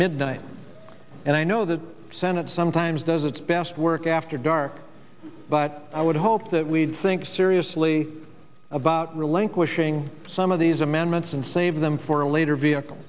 midnight and i know the senate sometimes does its best work after dark but i would hope that we'd think seriously about relinquishing some of these amendments and save them for a later vehicle